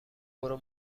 برو